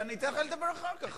אני אתן לך לדבר אחר כך.